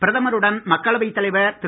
பிரதமருடன் மக்களவைத் தலைவர் திரு